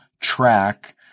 Track